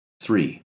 three